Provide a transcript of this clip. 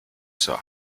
zur